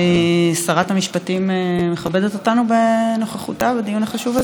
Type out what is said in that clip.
שרת המשפטים מכבדת אותנו בנוכחותה בדיון החשוב הזה?